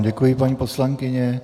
Děkuji vám, paní poslankyně.